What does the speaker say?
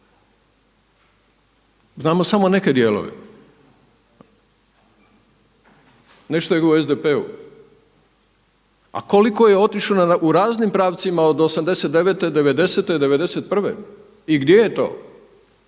Znamo samo neke dijelove. Nešto je u SDP-u. A koliko je otišlo u raznim pravcima od 89. – 90, 91. i gdje je to?